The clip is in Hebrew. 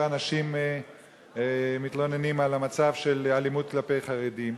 אנשים מתלוננים על המצב של אלימות כלפי חרדים,